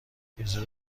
اجازه